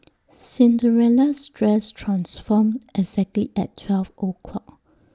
Cinderella's dress transformed exactly at twelve o'clock